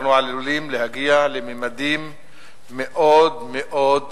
אנחנו עלולים להגיע לממדים מאוד מאוד מדאיגים,